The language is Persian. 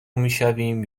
میشویم